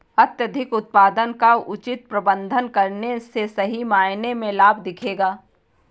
अत्यधिक उत्पादन का उचित प्रबंधन करने से सही मायने में लाभ दिखेगा